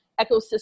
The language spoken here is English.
ecosystem